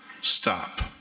stop